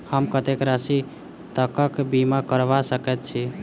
हम कत्तेक राशि तकक बीमा करबा सकैत छी?